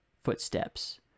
footsteps